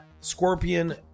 Scorpion